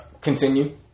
Continue